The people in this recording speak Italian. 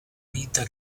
vita